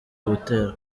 guterwa